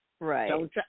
Right